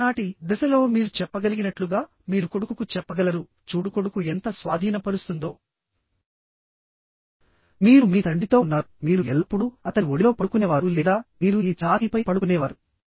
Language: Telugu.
చిన్ననాటి దశలో మీరు చెప్పగలిగినట్లుగా మీరు కొడుకుకు చెప్పగలరు చూడు కొడుకు ఎంత స్వాధీనపరుస్తుందో మీరు మీ తండ్రితో ఉన్నారుః మీరు ఎల్లప్పుడూ అతని ఒడిలో పడుకునేవారు లేదా మీరు ఈ ఛాతీపై పడుకునేవారు